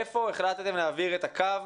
איפה החלטתם להעביר את הקו,